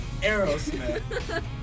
Aerosmith